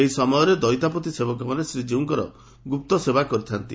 ଏହି ସମୟରେ ଦଇତାପତି ସେବକମାନେ ଶ୍ରୀକୀଉଙ୍କର ଗୁପ୍ତ ସେବା କରିଥାନ୍ତି